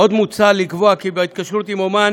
עוד מוצע לקבוע כי בהתקשרות עם אמן